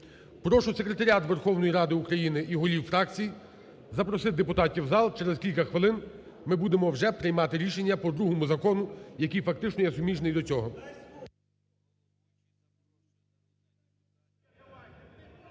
Прошу секретаріат Верховної Ради України і голів фракцій запросити депутатів в зал, через кілька хвилин ми будемо вже приймати рішення по другому закону, який фактично є суміжний до цього.